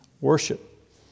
worship